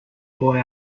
boy